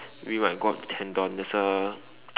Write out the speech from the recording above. you might go up to tendon there's a